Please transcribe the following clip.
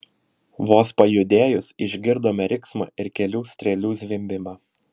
vos pajudėjus išgirdome riksmą ir kelių strėlių zvimbimą